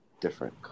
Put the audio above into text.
different